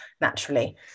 naturally